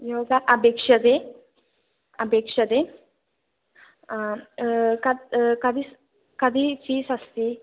योगा अपेक्षते अपेक्षते कति कति कति फ़ीस् अस्ति